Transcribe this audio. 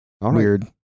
Weird